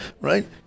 right